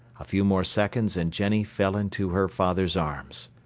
a few more seconds and jenny fell into her father's arms.